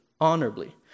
honorably